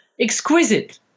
exquisite